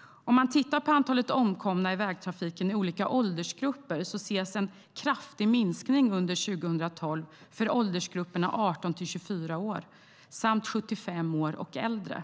Om man tittar på antalet omkomna i vägtrafiken i olika åldersgrupper ses en kraftig minskning under 2012 för åldergrupperna 18-24 år samt 75 år och äldre.